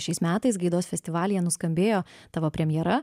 šiais metais gaidos festivalyje nuskambėjo tavo premjera